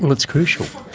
and it's crucial,